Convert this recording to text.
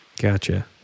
Gotcha